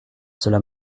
cela